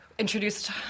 introduced